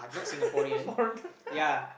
foreigner